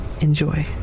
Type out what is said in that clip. enjoy